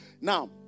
Now